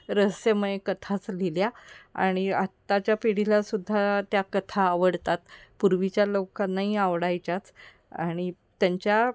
रहस्यमय कथाच लिहिल्या आणि आत्ताच्या पिढीलासुद्धा त्या कथा आवडतात पूर्वीच्या लोकांनाही आवडायच्याच आणि त्यांच्या